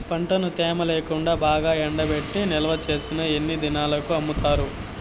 పంటను తేమ లేకుండా బాగా ఎండబెట్టి నిల్వచేసిన ఎన్ని దినాలకు అమ్ముతారు?